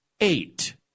eight